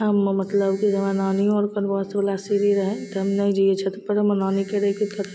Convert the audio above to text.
हम मतलब कि हमरा नानिओ आर कन बाँसवला सीढ़ी रहै तब हम नहि जैए छतपर हमर नानी कहै रहै कि